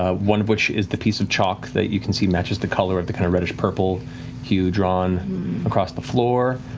ah one of which is the piece of chalk that you can see matches the color of the kind of reddish-purple hue drawn across the floor,